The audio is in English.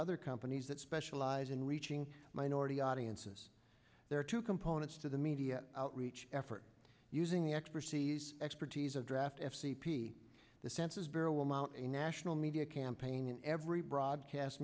other companies that specialize in reaching minority audiences there are two components to the media outreach effort using the expertise expertise of draft f c p the census bureau will mount a national media campaign in every broadcast